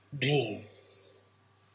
Dreams